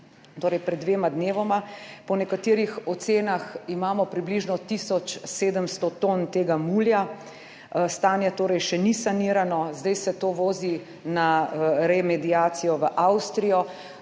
torej pred dvema dnevoma. Po nekaterih ocenah imamo približno tisoč 700 ton tega mulja. Stanje torej še ni sanirano, zdaj se to vozi na remediacijo v Avstrijo,